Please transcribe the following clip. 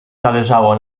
zależało